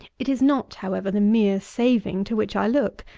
it is not, however, the mere saving to which i look.